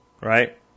right